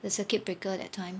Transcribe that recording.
the circuit breaker that time